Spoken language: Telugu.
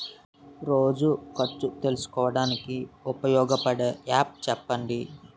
రోజు ఖర్చు తెలుసుకోవడానికి ఉపయోగపడే యాప్ చెప్పండీ?